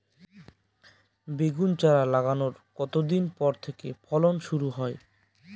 বেগুন চারা লাগানোর কতদিন পর থেকে ফলন শুরু হয়?